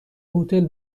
هتل